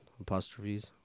Apostrophes